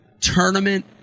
tournament